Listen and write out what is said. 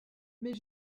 mais